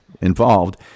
involved